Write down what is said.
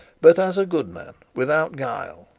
but as a good man without guile,